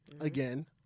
again